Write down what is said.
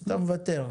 מוותר.